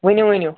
ؤنِو ؤنِو